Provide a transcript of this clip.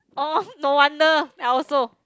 oh no wonder I also